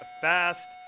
fast